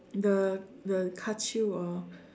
the the Ka-Chew or